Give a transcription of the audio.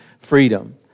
freedom